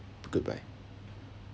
goodbye